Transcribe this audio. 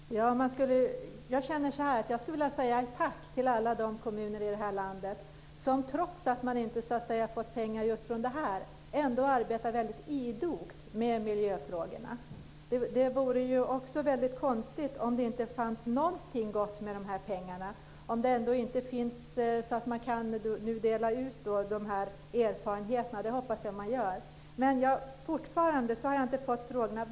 Fru talman! Jag skulle vilja rikta ett tack till alla de kommuner i det här landet som trots att de inte fått pengar från det här programmet ändå arbetar väldigt idogt med miljöfrågorna. Det vore ändå väldigt konstigt om det inte fanns någonting gott med pengarna. Jag hoppas att man nu delar med sig av erfarenheterna. Fortfarande har jag inte fått svar på mina frågor.